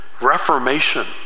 reformation